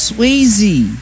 Swayze